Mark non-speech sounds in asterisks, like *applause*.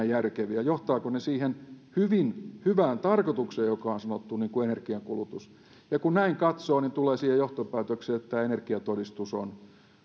*unintelligible* järkeviä johtavatko ne siihen hyvään tarkoitukseen joka on sanottu niin kuin energiankulutuksessa ja kun näin katsoo niin tulee siihen johtopäätökseen että tämä energiatodistus on